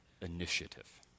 initiative